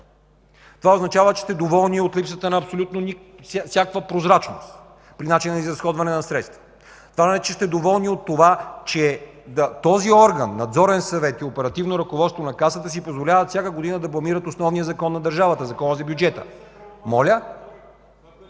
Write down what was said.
Това означава, че сте доволни от липсата на абсолютно всякаква прозрачност при начина на изразходване на средства. Това означава, че сте доволни от това, че този орган – Надзорен съвет и оперативно ръководство на Касата си позволяват всяка година да бламират основния закона на държавата – Закона за бюджета. ХАСАН